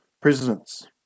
presidents